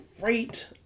great